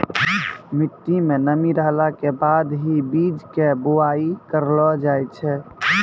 मिट्टी मं नमी रहला के बाद हीं बीज के बुआई करलो जाय छै